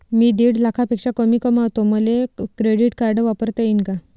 मी दीड लाखापेक्षा कमी कमवतो, मले क्रेडिट कार्ड वापरता येईन का?